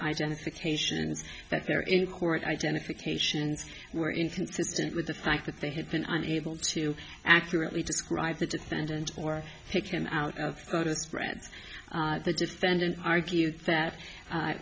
identification that there in court identifications were inconsistent with the fact that they had been unable to accurately describe the defendant or take him out of breath the defendant argued that